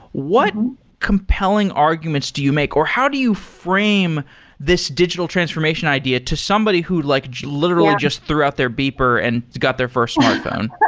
what compelling arguments do you make, or how do you frame this digital transformation idea to somebody who like literally just threw out their beeper and got their first smartphone?